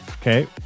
Okay